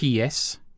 ps